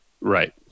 right